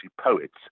poets